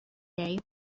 play